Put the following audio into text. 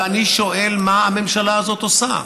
ואני שואל: מה הממשלה הזאת עושה?